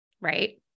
right